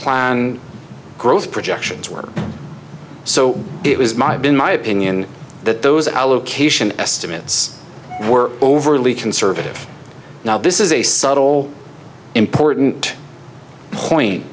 plan growth projections were so it was my been my opinion that those allocation estimates were overly conservative now this is a subtle important point